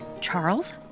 Charles